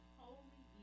holy